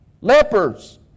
Lepers